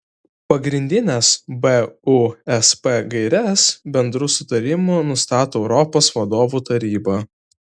pagrindines busp gaires bendru sutarimu nustato europos vadovų taryba